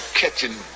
catching